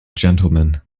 gentleman